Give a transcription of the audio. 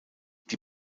die